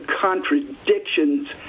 contradictions